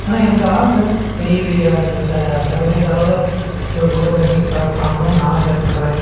ஆனா எனக்கு ஆசை பெரிய பெரிய இந்த ச சர்வதேச அளவில் ஒரு ஃபோட்டோகிராஃபி பா பார்க்கணும்னு ஆசைப்பட்றேன்